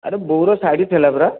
ଆରେ ବୋଉର ଶାଢ଼ୀ ଥିଲା ପରା